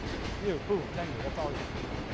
yeah boom! tenure, that's all you have to do.